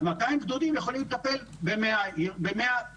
אז 200 גדודים יכולים לטפל ב-100 בניינים,